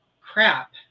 crap